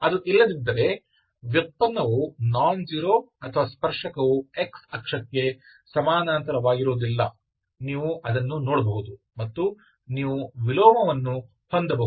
ಅದು ಇಲ್ಲದಿದ್ದರೆ ವ್ಯುತ್ಪನ್ನವು ನಾನ್ ಜೀರೋ ಅಥವಾ ಸ್ಪರ್ಶಕವು x ಅಕ್ಷಕ್ಕೆ ಸಮಾನಾಂತರವಾಗಿಲ್ಲ ನೀವು ಅದನ್ನು ನೋಡಬಹುದು ಮತ್ತು ನೀವು ವಿಲೋಮವನ್ನು ಹೊಂದಬಹುದು